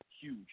huge